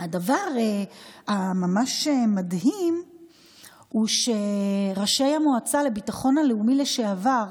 הדבר הממש-מדהים הוא שראשי המועצה לביטחון לאומי לשעבר,